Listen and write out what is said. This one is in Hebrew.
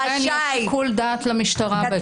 אכן יש שיקול דעת למשטרה בהקשר הזה.